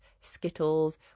Skittles